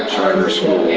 charter schools,